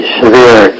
severe